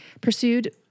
Pursued